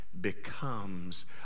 becomes